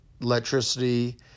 electricity